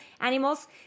animals